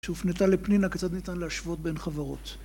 שהופנתה לפנינה קצת ניתן להשוות בין חברות